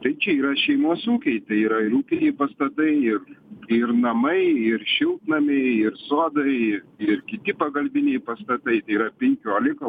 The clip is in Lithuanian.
tai čia yra šeimos ūkiai tai yra ir ūkiniai pastatai ir ir namai ir šiltnamiai ir sodai ir kiti pagalbiniai pastatai yra penkiolika